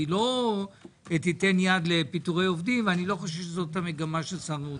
היא לא תיתן יד לפיטורי עובדים ואני לא חושב שזאת המגמה של שר האוצר.